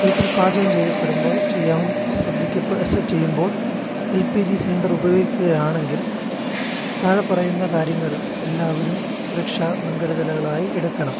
വീട്ടിൽ പാചകം ചെയ്യപ്പെടുമ്പോൾ ചെയ്യാൻ ശ്രദ്ധിക്കപ്പെ ചെയ്യുമ്പോൾ പി ജി സിലിണ്ടർ ഉപയോഗിക്കുകയാണെങ്കിൽ താഴെപ്പറയുന്ന കാര്യങ്ങൾ എല്ലാവരും സുരക്ഷാ മുൻകരുതലുകളായി എടുക്കണം